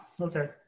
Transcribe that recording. okay